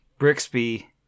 Brixby